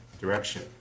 direction